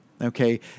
Okay